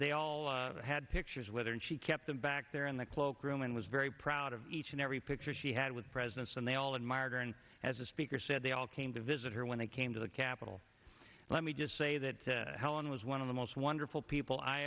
they all had pictures with her and she kept them back there in the cloak room and was very proud of each and every picture she had with presidents and they all admired her and as a speaker said they all came to visit her when they came to the capitol let me just say that helen was one of the most wonderful people i